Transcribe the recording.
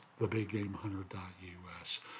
TheBigGameHunter.us